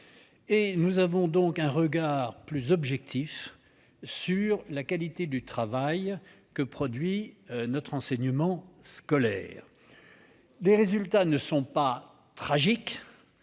-et poser un regard plus objectif sur la qualité du travail que produit notre enseignement scolaire. Les résultats ne sont pas tragiques,